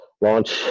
launch